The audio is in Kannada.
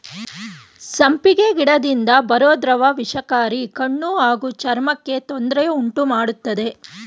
ಸಂಪಿಗೆ ಗಿಡದಿಂದ ಬರೋ ದ್ರವ ವಿಷಕಾರಿ ಕಣ್ಣು ಹಾಗೂ ಚರ್ಮಕ್ಕೆ ತೊಂದ್ರೆ ಉಂಟುಮಾಡ್ತದೆ